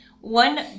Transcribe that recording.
one